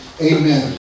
Amen